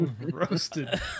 Roasted